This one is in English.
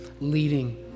leading